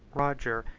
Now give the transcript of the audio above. roger,